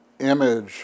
image